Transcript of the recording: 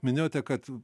minėjote kad